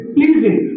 pleasing